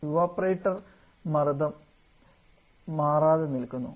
evaporator മർദ്ദം മാറാതെ നിൽക്കുന്നു